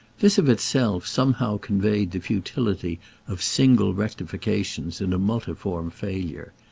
this of itself somehow conveyed the futility of single rectifications in a multiform failure.